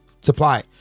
supply